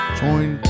join